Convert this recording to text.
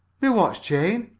my watch chain?